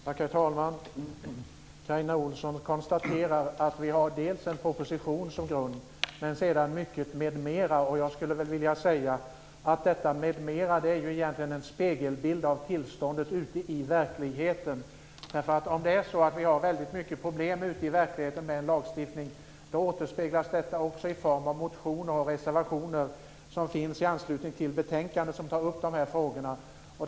Herr talman! Carina Ohlsson konstaterar att vi dels har en proposition till grund, men dels också har mycket "m.m.". Jag skulle vilja säga att detta "m.m." egentligen är en spegelbild av tillståndet ute i verkligheten. Om det är så att vi har väldigt mycket problem ute i verkligheten med en lagstiftning så återspeglas detta också i form av motioner och reservationer i anslutning till det betänkande som tar upp de här frågorna.